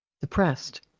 depressed